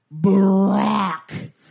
Barack